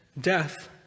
death